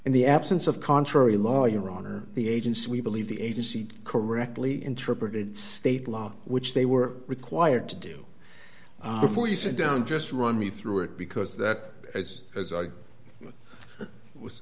the absence of contrary law your honor the agents we believe the agency correctly interpreted state law which they were required to do before you sit down just run me through it because that is as i was